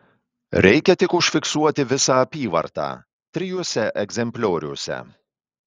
reikia tik užfiksuoti visą apyvartą trijuose egzemplioriuose